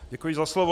Děkuji za slovo.